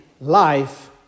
life